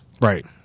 Right